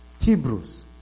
Hebrews